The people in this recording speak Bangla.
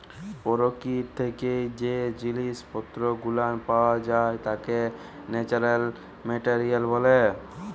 পরকীতি থাইকে জ্যে জিনিস পত্তর গুলান পাওয়া যাই ত্যাকে ন্যাচারাল মেটারিয়াল ব্যলে